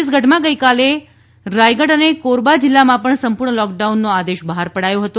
છત્તીસગઢમાં ગઇકાલે ધમતરી રાયગઢ અને કોરબા જીલ્લામાં પણ સંપૂર્ણ લોકડાઉનનો આદેશ બહાર પડાયો હતો